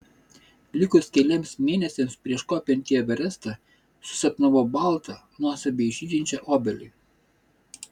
likus keliems mėnesiams prieš kopiant į everestą susapnavau baltą nuostabiai žydinčią obelį